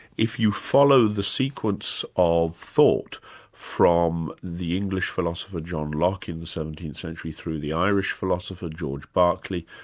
if you follow the sequence of thought from the english philosopher john locke in the seventeenth century, through the irish philosopher, george berkeley,